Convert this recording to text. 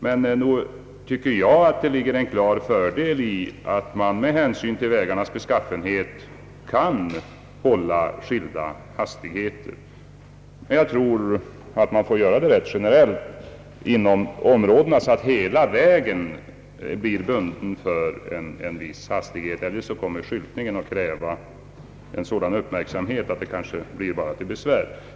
Jag tycker att det ligger en klar fördel i att man med hänsyn till vägarnas beskaffenhet kan hålla skilda hastigheter. Jag tror emellertid att en sådan ordning måste genomföras så, att en viss väg blir bunden för en viss hastighet. Eljest kommer skyltningen att kräva en sådan uppmärksamhet att differentieringen kanske bara blir till besvär.